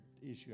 issue